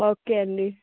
okay అండి